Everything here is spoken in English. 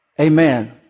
Amen